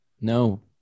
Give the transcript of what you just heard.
No